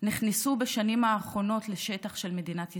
נכנסו בשנים האחרונות לשטח של מדינת ישראל,